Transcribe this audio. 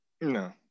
No